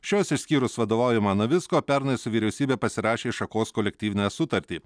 šios išskyrus vadovaujamą navicko pernai su vyriausybe pasirašė šakos kolektyvinę sutartį